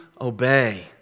obey